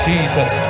Jesus